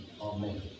Amen